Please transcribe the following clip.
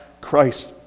Christ